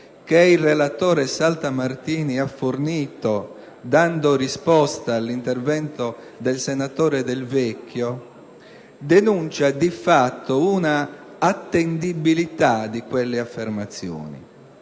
che il relatore Saltamartini ha fornito dando risposta all'intervento del senatore Del Vecchio denuncia di fatto una attendibilità di quelle affermazioni.